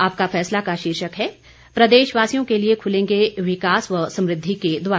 आपका फैसला का शीर्षक है प्रदेशवासियों के लिए खुलेंगे विकास व समृद्धि के द्वार